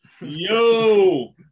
Yo